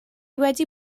wedi